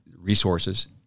resources